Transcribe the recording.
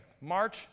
March